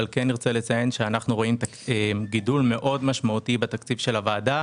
אבל כן נרצה לציין שאנחנו רואים גידול מאוד משמעותי בתקציב של הוועדה.